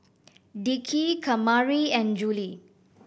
Dickie Kamari and Juli